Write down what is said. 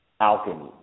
alchemy